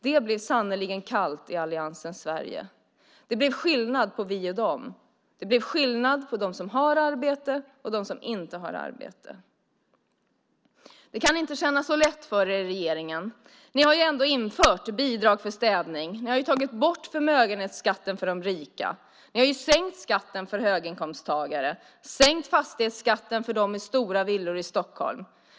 Det blir sannerligen kallt i alliansens Sverige. Det blir skillnad mellan "vi och de". Det blir skillnad mellan dem som har arbete och dem som inte har arbete. Det kan inte kännas så lätt för er i regeringen. Ni har ju ändå infört bidrag för städning. Ni har tagit bort förmögenhetsskatten för de rika. Ni har sänkt skatten för höginkomsttagare och sänkt fastighetsskatten för dem med stora villor i Stockholm.